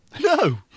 No